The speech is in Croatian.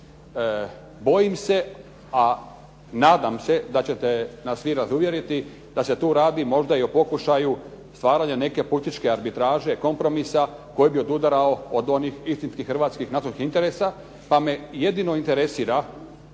Bojim se, a nadam se da ćete nas vi razuvjeriti da se tu radi možda i o pokušaju stvaranja neke političke arbitraže, kompromisa koji bi odudarao od onih istinskih hrvatskih … /Govornik se ne razumije./ … interesa